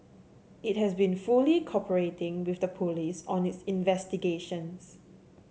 it has been fully cooperating with the police on its investigations